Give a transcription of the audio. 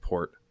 Port